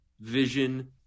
vision